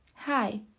Hi